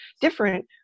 Different